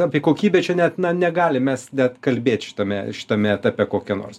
apie kokybę čia net na negalim mes net kalbėt šitame šitame etape kokią nors